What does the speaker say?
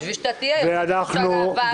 כדי שאתה תהיה יושב-ראש הוועדה, תקבלו שרים.